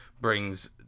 brings